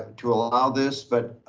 to allow this, but